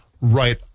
right